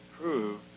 prove